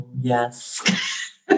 Yes